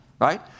right